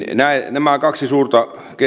nämä kaksi suurta